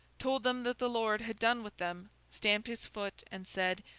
told them that the lord had done with them, stamped his foot and said,